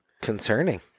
concerning